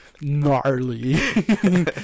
gnarly